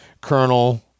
colonel